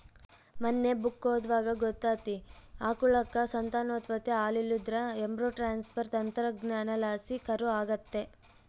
ಮನ್ನೆ ಬುಕ್ಕ ಓದ್ವಾಗ ಗೊತ್ತಾತಿ, ಆಕಳುಕ್ಕ ಸಂತಾನೋತ್ಪತ್ತಿ ಆಲಿಲ್ಲುದ್ರ ಎಂಬ್ರೋ ಟ್ರಾನ್ಸ್ಪರ್ ತಂತ್ರಜ್ಞಾನಲಾಸಿ ಕರು ಆಗತ್ತೆ